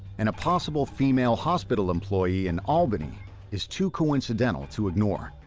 and a possible female hospital employee in albany is too coincidental to ignore.